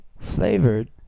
flavored